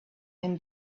him